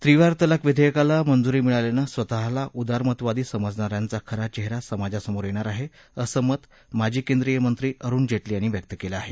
त्रिवार तलाक विधेयकाला मंजुरी मिळाल्यानं स्वतःला उदारमतवादी समजणाऱ्यांचा खरा चेहरा समाजासमोर येणार आह असं मतं माजी केंद्रीय मंत्री अरुण जेटली यांनी व्यक्त केलं आहे